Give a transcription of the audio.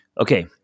Okay